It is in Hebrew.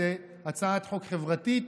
זו הצעת חוק חברתית,